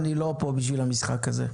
אני לא פה בשביל המשחק הזה.